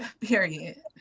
period